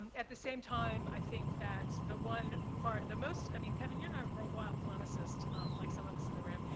at the same time, i think that the one part the most i mean, kevin, you're not a wild polemicist like some of us in the room.